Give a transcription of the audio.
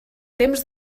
temps